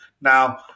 Now